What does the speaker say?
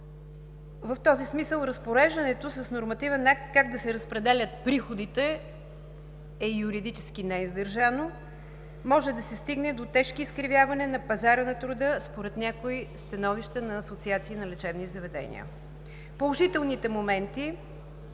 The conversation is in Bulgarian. В този смисъл разпореждането с нормативен акт как да се разпределят приходите е юридически неиздържано. Може да се стигне до тежко изкривяване на пазара на труда, според някои становища на асоциации на лечебни заведения. Положителните моменти,